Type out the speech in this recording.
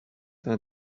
are